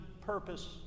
purpose